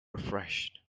refreshed